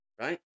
right